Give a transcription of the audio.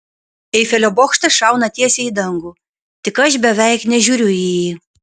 eifelio bokštas šauna tiesiai į dangų tik aš beveik nežiūriu į jį